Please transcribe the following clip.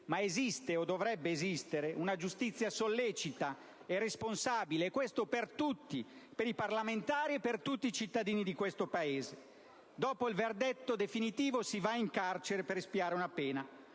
però, o dovrebbe esistere, una giustizia sollecita e responsabile, e questo per tutti: per i parlamentari e per tutti i cittadini di questo Paese. Dopo il verdetto definitivo si va in carcere per espiare una pena,